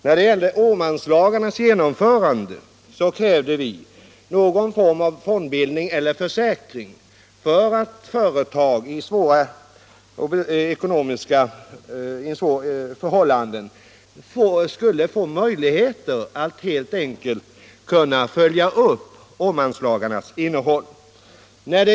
När det gällde Åmanlagarnas genomförande krävde vi en form av fondbildning eller försäkring, helt enkelt för att företag i svåra ekonomiska förhållanden skulle få möjligheter att följa Åmanlagarnas bestämmelser.